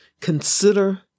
Consider